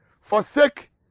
Forsake